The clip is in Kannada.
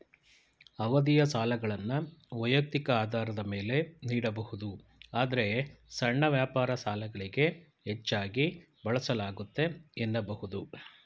ಅವಧಿಯ ಸಾಲಗಳನ್ನ ವೈಯಕ್ತಿಕ ಆಧಾರದ ಮೇಲೆ ನೀಡಬಹುದು ಆದ್ರೆ ಸಣ್ಣ ವ್ಯಾಪಾರ ಸಾಲಗಳಿಗೆ ಹೆಚ್ಚಾಗಿ ಬಳಸಲಾಗುತ್ತೆ ಎನ್ನಬಹುದು